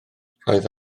roedd